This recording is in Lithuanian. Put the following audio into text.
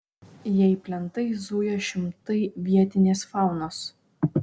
jei plentais zuja šimtai vietinės faunos